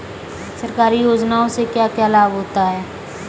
सरकारी योजनाओं से क्या क्या लाभ होता है?